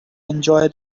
enjoy